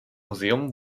museum